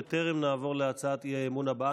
בטרם נעבור להצעת האי-אמון הבאה,